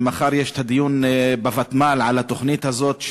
ומחר יש דיון בוותמ"ל על התוכנית הזאת,